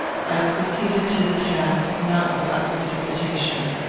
i proceeded to the task, not without precipitation.